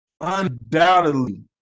undoubtedly